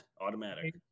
Automatic